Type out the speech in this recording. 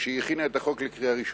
כשהיא הכינה את החוק לקריאה ראשונה,